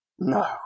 No